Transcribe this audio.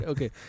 Okay